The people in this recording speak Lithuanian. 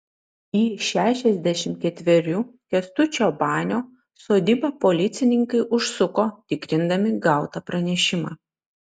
į šešiasdešimt ketverių kęstučio banio sodybą policininkai užsuko tikrindami gautą pranešimą